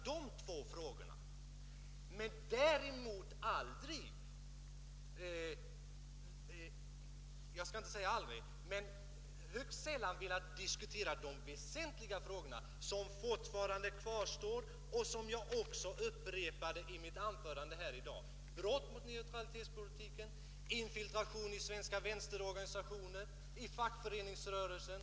Herr Göransson och hans meningsfränder har hela tiden velat diskutera enbart de två frågorna, däremot högst sällan de väsentliga frågor som fortfarande kvarstår: Har IB begått brott mot neutralitetspolitiken? Har IB ägnat sig åt infiltration i svenska vänsterorganisationer och i fackföreningsrörelsen?